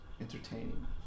entertaining